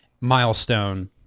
milestone